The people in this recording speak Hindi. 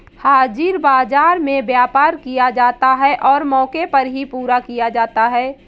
हाजिर बाजार में व्यापार किया जाता है और मौके पर ही पूरा किया जाता है